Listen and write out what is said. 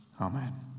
Amen